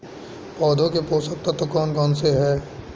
पौधों के पोषक तत्व कौन कौन से हैं?